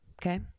Okay